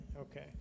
Okay